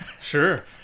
Sure